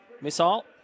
Missile